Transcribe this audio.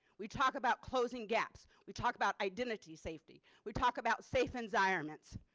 we talk about closing gaps. we talk about identity safety. we talk about safe environments.